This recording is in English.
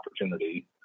opportunity